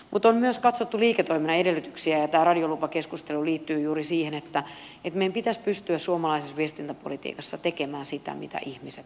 mutta on myös katsottu liiketoiminnan edellytyksiä ja tämä radiolupakeskustelu liittyy juuri siihen että meidän pitäisi pystyä suomalaisessa viestintäpolitiikassa tekemään sitä mitä ihmiset tilaavat